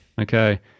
Okay